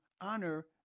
honor